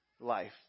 life